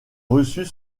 reçut